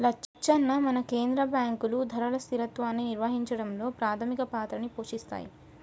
లచ్చన్న మన కేంద్ర బాంకులు ధరల స్థిరత్వాన్ని నిర్వహించడంలో పాధమిక పాత్రని పోషిస్తాయి